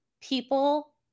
people